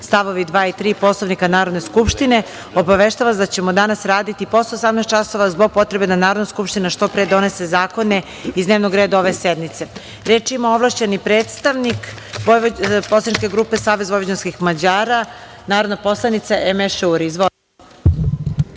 st. 2. i 3. Poslovnika Narodne skupštine, obaveštavam vas da ćemo danas raditi i posle 18.00 časova, zbog potreba da Narodna skupština što pre donese zakone iz dnevnog reda ove sednice. Reč ima ovlašćeni predstavnik Poslaničke grupe Savez vojvođanskih Mađara, narodna poslanica Emeše Uri. Izvolite.